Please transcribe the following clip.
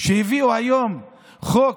כשהביאו היום חוק